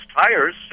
tires